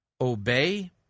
Obey